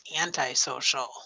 antisocial